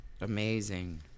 Amazing